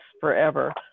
forever